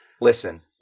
Listen